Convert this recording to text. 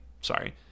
sorry